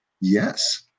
Yes